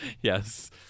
yes